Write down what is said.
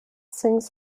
sings